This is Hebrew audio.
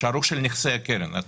השערוך של נכסי הקרן,